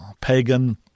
pagan